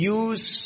use